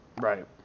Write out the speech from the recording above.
Right